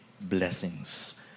blessings